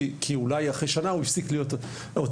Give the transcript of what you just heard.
כי אולי לאחר שנה הוא הפסיק להיות אוטיסט.